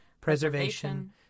preservation